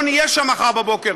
לא נהיה שם מחר בבוקר.